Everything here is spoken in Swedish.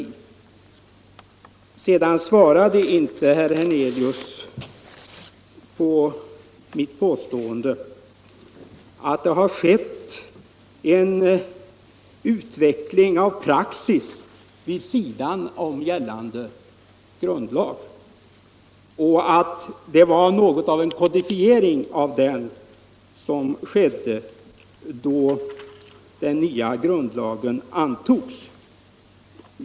Herr Hernelius svarade inte på mitt påstående att det har skett en utveckling av praxis vid sidan av gällande grundlag och att den nya grundlagen innebar något av en kodifiering av denna praxis.